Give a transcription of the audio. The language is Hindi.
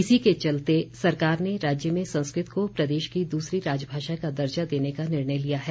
इसी के चलते सरकार ने राज्य में संस्कृत को प्रदेश की दूसरी राजभाषा का दर्जा देने का निर्णय लिया है